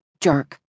Jerk